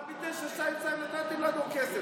יואב, אבל ב-922 נתתם לנו כסף.